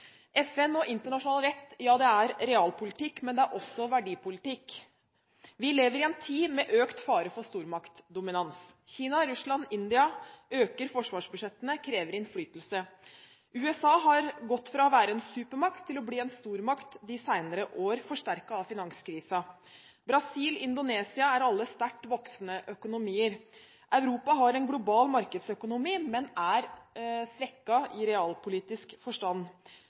FN og internasjonal rett er realpolitikk, men det er også verdipolitikk. Vi lever i en tid med økt fare for stormaktdominans. Kina, Russland og India øker forsvarsbudsjettene og krever innflytelse. USA har gått fra å være en supermakt til å bli en stormakt de senere år, forsterket av finanskrisen. Brasil og Indonesia er sterkt voksende økonomier. Europa har en global markedsøkonomi, men er svekket i realpolitisk forstand.